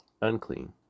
unclean